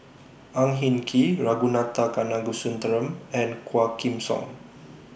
Ang Hin Kee Ragunathar Kanagasuntheram and Quah Kim Song